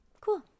Cool